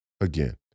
again